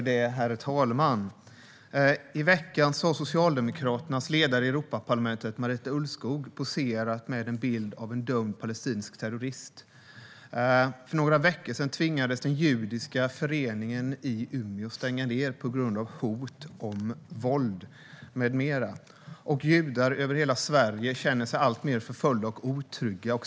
Herr talman! I veckan har Socialdemokraternas ledare i Europaparlamentet, Marita Ulvskog, poserat med en bild av en dömd palestinsk terrorist. För några veckor sedan tvingades den judiska föreningen i Umeå stänga på grund av hot om våld med mera. Judar över hela Sverige känner sig alltmer förföljda och otrygga.